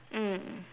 mm